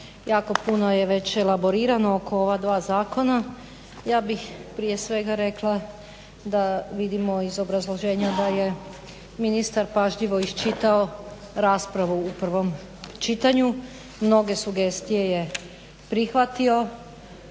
jako puno je već elaborirano oko ova dva zakona. Ja bih prije svega rekla da vidimo iz obrazloženja da je ministar pažljivo iščitao raspravu u prvom čitanju, mnoge sugestije je prihvatio,